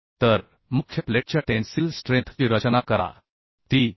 तर मुख्य प्लेटच्या टेन्सिल स्ट्रेंथ ची रचना करा तीं 454